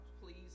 Please